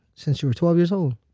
since you were twelve years old.